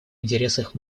интересах